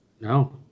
No